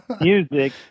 music